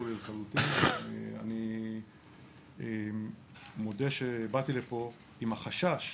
אני מודה שבאתי לפה עם החשש